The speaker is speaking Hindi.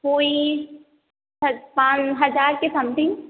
कोई पाँच हज़ार के समथिन्ग